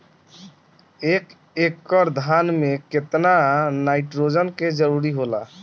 एक एकड़ धान मे केतना नाइट्रोजन के जरूरी होला?